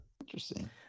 Interesting